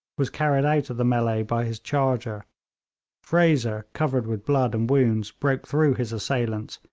was carried out of the melee by his charger fraser, covered with blood and wounds, broke through his assailants,